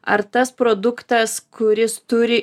ar tas produktas kuris turi